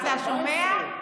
אתה שומע?